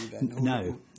No